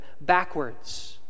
backwards